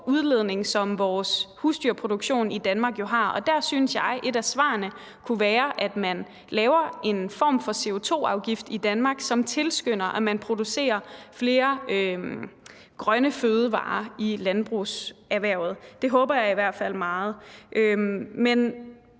CO2-udledning, som vores husdyrproduktion i Danmark har, og der synes jeg, at et af svarene kunne være, at man laver en form for CO2-afgift i Danmark, som tilskynder, at man producerer flere grønne fødevarer i landbrugserhvervet. Det håber jeg i hvert fald meget. Nu